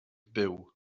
byw